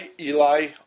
Eli